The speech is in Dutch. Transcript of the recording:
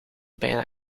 bijna